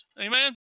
Amen